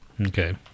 Okay